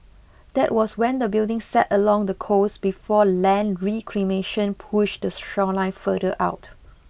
that was when the building sat along the coast before land reclamation push the shoreline further out